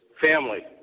family